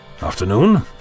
Afternoon